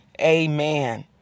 amen